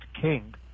king